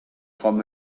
from